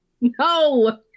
No